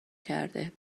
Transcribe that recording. کرده